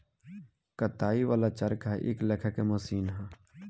कताई वाला चरखा एक लेखा के मशीन ह